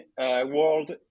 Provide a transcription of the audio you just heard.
world